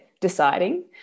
deciding